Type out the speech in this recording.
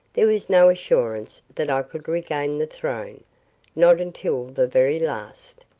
there was no assurance that i could regain the throne not until the very last.